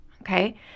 okay